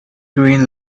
green